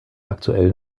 aktuellen